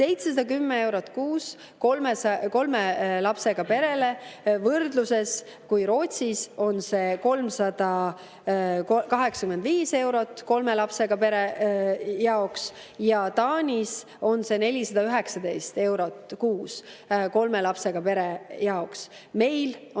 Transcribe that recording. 710 eurot kuus kolme lapsega peredele. Võrdluseks: Rootsis on see 385 eurot kolme lapsega perede jaoks ja Taanis on see 419 eurot kuus kolme lapsega perede jaoks. Meil on